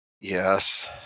Yes